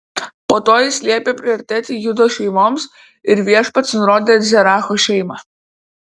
po to jis liepė priartėti judo šeimoms ir viešpats nurodė zeracho šeimą